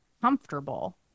comfortable